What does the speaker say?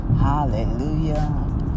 hallelujah